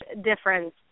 difference